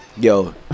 Yo